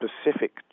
specific